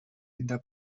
einer